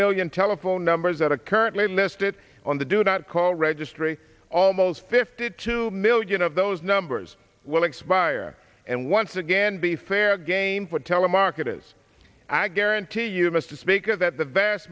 million telephone numbers that are currently listed on the do not call registry almost fifty two million of those numbers will expire and once again be fair game for telemarketers i guarantee you mr speaker that the vast